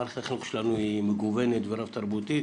מערכת החינוך שלנו היא מגוונת ורב תרבותית.